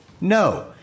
No